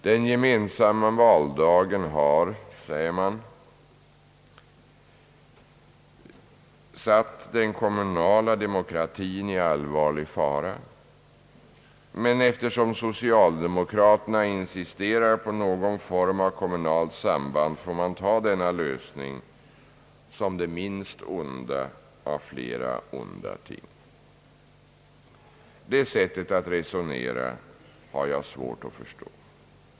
Den gemensamma valdagen sätter, har man sagt, den kommunala demokratin i allvarlig fara, men eftersom socialdemokraterna insisterar på någon form av kommunalt samband får man ta denna lösning som det minst onda av flera onda ting. Detta sätt att resonera har jag svårt att förstå.